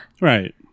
Right